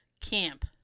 camp